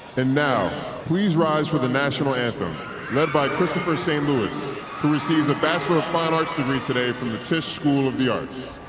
and now please rise for the national anthem led by kristopher saint-louis who receives a bachelor of fine arts degree today from the tisch school of the arts.